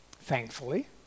thankfully